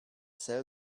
sell